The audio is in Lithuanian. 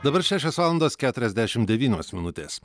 dabar šešios valandos keturiasdešim devynios minutės